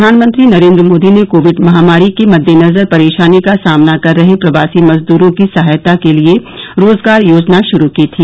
प्रधानमंत्री नरेन्द्र मोदी ने कोविड महामारी के मद्देनजर परेशानी का सामना कर रहे प्रवासी मजदूरों की सहायता के लिए रोजगार योजना शुरू की थी